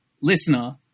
listener